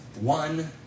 One